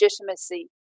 legitimacy